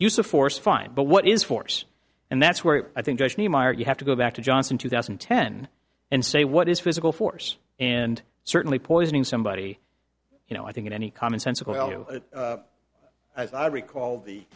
of force fine but what is force and that's where i think you have to go back to johnson two thousand and ten and say what is physical force and certainly poisoning somebody you know i think in any commonsensical you i recall the